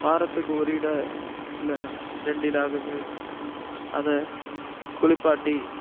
வாரத்துக்கு ஒரு ஈடு இல்லை ரெண்டு ஈடாவது அதை குளிப்பாட்டி